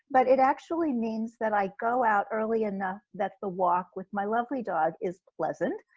but it actually means that i go out early enough that the walk with my lovely dog is pleasant,